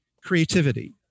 creativity